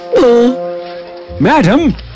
Madam